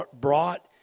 brought